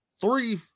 three